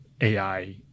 AI